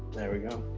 there you go.